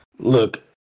Look